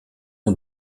nom